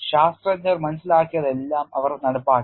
ശാസ്ത്രജ്ഞർ മനസ്സിലാക്കിയതെല്ലാം അവർ നടപ്പാക്കി